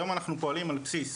היום אנחנו פועלים על בסיס